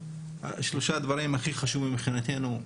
את שלושת הדברים הכי חשובים מבחינתנו.